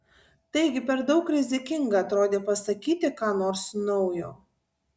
taigi per daug rizikinga atrodė pasakyti ką nors naujo